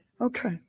Okay